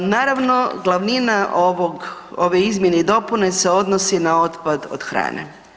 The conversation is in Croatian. Naravno, glavnina ove izmjene i dopune se odnosi na otpad od hrane.